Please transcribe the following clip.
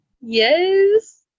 Yes